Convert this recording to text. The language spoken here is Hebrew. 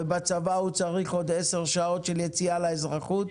ובצבא הוא צריך עוד 10 שעות של יציאה לאזרחות.